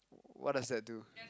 what does that do